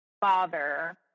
father